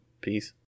Peace